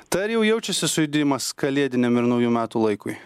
tai ar jau jaučiasi sujudimas kalėdiniam ir naujų metų laikui